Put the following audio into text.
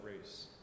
race